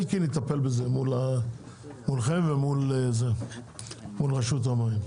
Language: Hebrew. אלקין יטפל בזה מולכם ומול רשות המים.